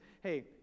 Hey